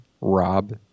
rob